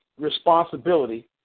responsibility